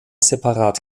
separat